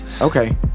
Okay